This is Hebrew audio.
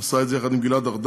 הוא עשה את זה יחד עם גלעד ארדן,